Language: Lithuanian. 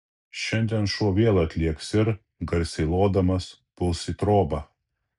šiandien šuo vėl atlėks ir garsiai lodamas puls į trobą